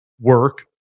work